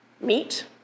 meet